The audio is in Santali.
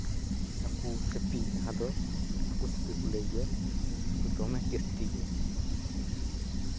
ᱦᱟᱹᱠᱩ ᱥᱤᱯᱤ ᱡᱟᱦᱟᱸ ᱫᱚ ᱦᱟᱹᱠᱩ ᱥᱤᱯᱤ ᱠᱚ ᱞᱟᱹᱭ ᱜᱮᱭᱟ ᱛᱚ ᱫᱚᱢᱮ ᱴᱮᱥᱴᱤ ᱜᱮᱭᱟ